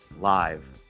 live